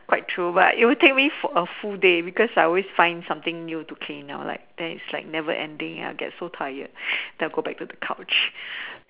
quite true but it will take me for a full day because I will always find something new to cane out like that's like never ending I get so tired then I go back to the couch